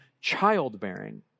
childbearing